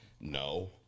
no